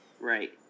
Right